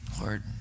Lord